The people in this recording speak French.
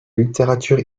littérature